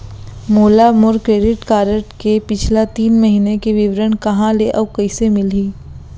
मोला मोर credit card के पिछला तीन महीना के विवरण कहाँ ले अऊ कइसे मिलही?